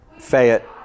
fayette